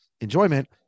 enjoyment